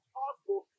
possible